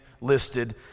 listed